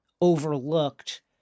overlooked